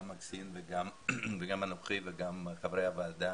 גם מקסין וגם אנוכי וגם חברי הוועדה,